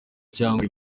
cyangwa